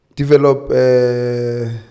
develop